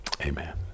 Amen